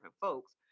folks